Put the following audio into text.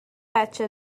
بچه